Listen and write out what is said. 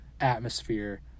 atmosphere